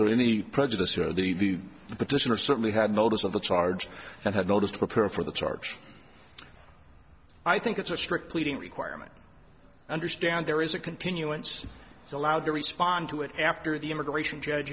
there any prejudice or the petitioner certainly had notice of the charge and had noticed preparing for the charge i think it's a strict pleading requirement understand there is a continuance is allowed to respond to it after the immigration judge